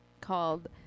called